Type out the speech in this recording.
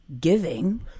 giving